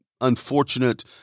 unfortunate